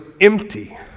empty